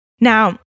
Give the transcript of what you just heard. Now